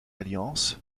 alliance